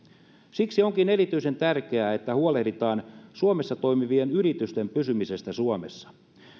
siksi onkin erityisen tärkeää että huolehditaan suomessa toimivien yritysten pysymisestä suomessa